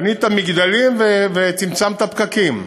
בנית מגדלים וצמצמת פקקים.